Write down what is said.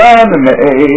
anime